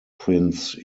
prince